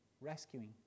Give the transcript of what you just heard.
rescuing